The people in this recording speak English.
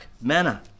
manner